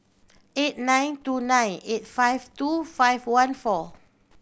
eight nine two nine eight five two five one four